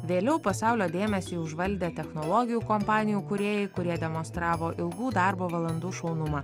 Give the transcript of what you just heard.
vėliau pasaulio dėmesį užvaldė technologijų kompanijų kūrėjai kurie demonstravo ilgų darbo valandų šaunumą